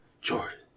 Jordan